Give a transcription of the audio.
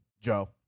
Joe